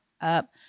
up